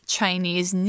Chinese